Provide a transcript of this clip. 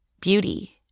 beauty